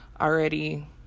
already